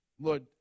Lord